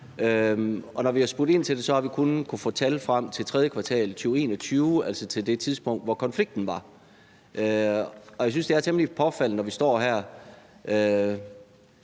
når vi har spurgt ind til det, har vi kun kunnet få tal frem til 3. kvartal 2021, altså til det tidspunkt, hvor konflikten var. Og jeg synes, det er temmelig påfaldende, når vi står her